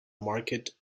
market